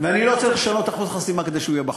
ואני לא צריך לשנות אחוז חסימה כדי שהוא יהיה בחוץ.